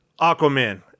Aquaman